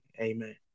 Amen